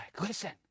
listen